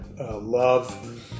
love